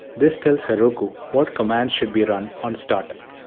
this tells heroku what commands should be run on startup.